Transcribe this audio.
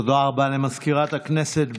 תודה רבה למזכירת הכנסת.